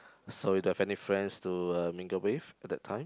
so you don't have any friends to uh mingle with at that time